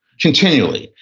continually.